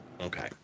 Okay